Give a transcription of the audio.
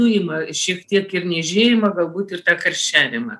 nuima šiek tiek ir niežėjimą galbūt ir karščiavimą